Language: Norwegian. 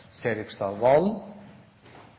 Serigstad Valen